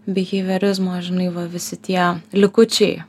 biheiviorizmo žinai va visi tie likučiai